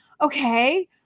okay